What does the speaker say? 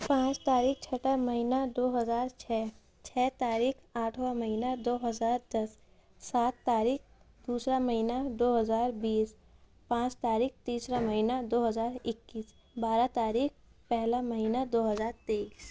پانچ تاریخ چھٹا مہینہ دو ہزار چھ چھ تاریخ آٹھواں مہینہ دو ہزار دس سات تاریخ دوسرا مہینہ دو ہزار بیس پانچ تاریخ تیسرا مہینہ دو ہزار اکیس بارہ تاریخ پہلا مہینہ دو ہزار تیئس